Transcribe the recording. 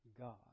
God